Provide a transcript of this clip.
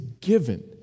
given